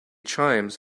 chimes